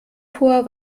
vor